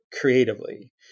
creatively